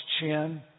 chin